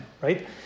right